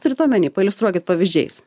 turit omeny pailiustruokit pavyzdžiais